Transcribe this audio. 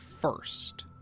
first